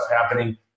happening